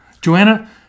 Joanna